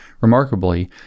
Remarkably